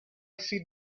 sit